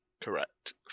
Correct